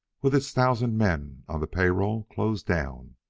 with its thousand men on the pay-roll, closed down.